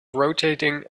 rotating